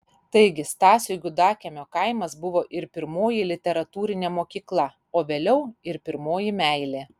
taigi stasiui gudakiemio kaimas buvo ir pirmoji literatūrinė mokykla o vėliau ir pirmoji meilė